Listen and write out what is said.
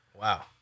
Wow